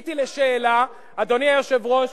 חיכיתי לשאלה, אדוני היושב-ראש,